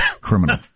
criminal